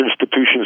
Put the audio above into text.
institutions